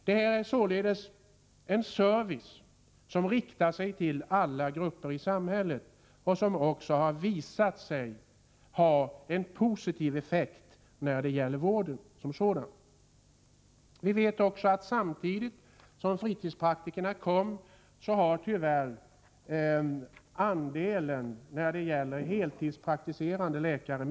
Detta är således en service som riktar sig till alla grupper i samhället och som också har visat sig ha en positiv effekt när det gäller vården som sådan. Vi vet också att samtidigt som fritidspraktikerna kom minskade tyvärr andelen heltidspraktiserande läkare.